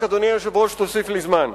רק, אדוני היושב-ראש, תוסיף לי זמן.